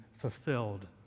fulfilled